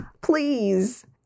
Please